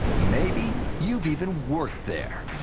maybe you've even worked there.